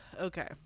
Okay